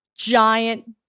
giant